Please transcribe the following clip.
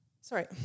sorry